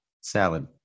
salad